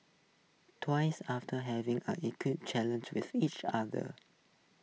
twins after having A equip challenge with each other